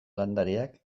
landareak